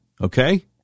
okay